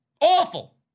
Awful